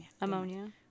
Ammonia